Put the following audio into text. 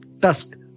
tusk